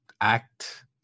act